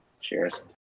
Cheers